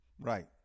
Right